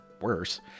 worse